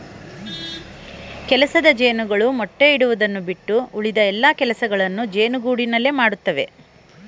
ಕೆಲಸದ ಜೇನುಗಳು ಮೊಟ್ಟೆ ಇಡುವುದನ್ನು ಬಿಟ್ಟು ಉಳಿದ ಎಲ್ಲಾ ಕೆಲಸಗಳನ್ನು ಜೇನುಗೂಡಿನಲ್ಲಿ ಮಾಡತ್ತವೆ